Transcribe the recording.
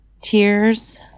Tears